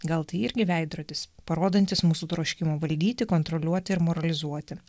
gal tai irgi veidrodis parodantis mūsų troškimo valdyti kontroliuoti ir moralizuoti